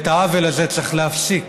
ואת העוול הזה צריך להפסיק.